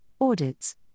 audits